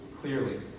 Clearly